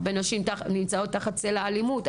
הרבה נשים נמצאות תחת צל האלימות,